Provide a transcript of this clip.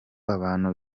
abantu